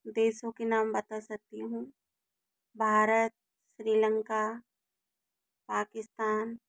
देशों के नाम बता सकती हूँ भारत श्रीलंका पाकिस्तान